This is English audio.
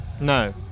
no